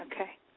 Okay